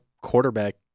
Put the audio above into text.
quarterback